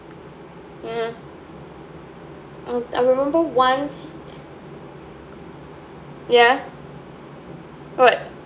mm I remember once ya what